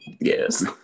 Yes